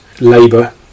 labour